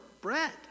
bread